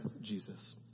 Jesus